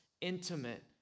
intimate